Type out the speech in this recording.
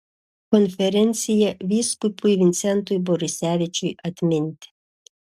konferencija vyskupui vincentui borisevičiui atminti